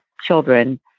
children